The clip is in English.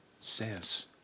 says